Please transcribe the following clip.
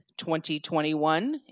2021